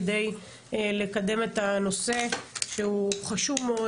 כדי לקדם את הנושא שהוא חשוב מאוד,